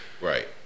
Right